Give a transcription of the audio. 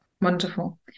Wonderful